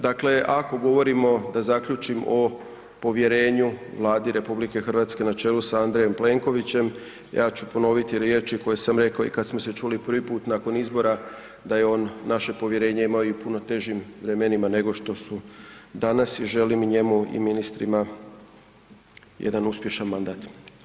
Dakle, ako govorimo da zaključim o povjerenju Vladi RH na čelu sa Andrejom Plenkovićem, ja ću ponoviti riječi koje sam rekao i kad smo čuli prvi put nakon izbora da je on naše povjerenje imao i u puno težim vremenima nego što su danas i želim i njemu i ministrima jedan uspješan mandat.